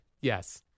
Yes